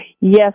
Yes